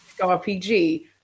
RPG